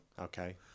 Okay